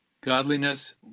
Godliness